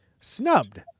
Snubbed